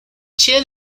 chen